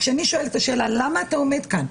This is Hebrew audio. וכשאני שואלת את השאלה, למה אתה עומד כאן?